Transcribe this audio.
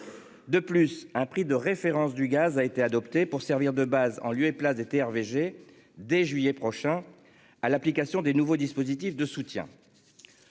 De plus, un prix de référence du gaz a été adoptée pour servir de base en lieu et place des terres VG dès juillet prochain à l'application des nouveaux dispositifs de soutien.